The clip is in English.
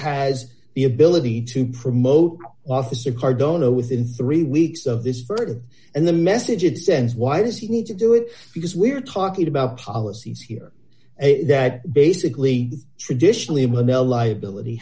has the ability to promote officer cardona within three weeks of this further and the message it sends why does he need to do it because we're talking about policies here that basically traditionally monella liability